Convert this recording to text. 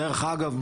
דרך אגב,